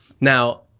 now